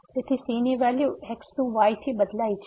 તેથી c ની value x to y થી બદલાય છે